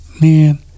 man